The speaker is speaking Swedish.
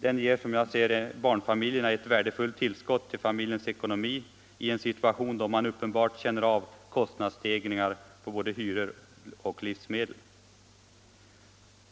Den ger, som jag ser det, barnfamiljerna ett värdefullt tillskott till familjens ekonomi i en situation då man uppenbart känner av kostnadsstegringar på både hyror och livsmedel.